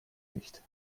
nicht